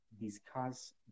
discuss